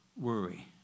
worry